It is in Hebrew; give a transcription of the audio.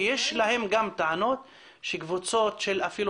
כי יש להם גם טענות שקבוצות של אפילו